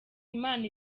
imana